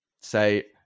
say